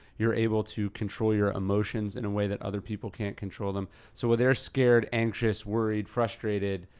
you're able to control your emotions in a way that other people can't control them. so where they're scared, anxious, worried, frustrated,